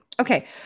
Okay